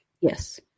Yes